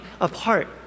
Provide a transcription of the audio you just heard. apart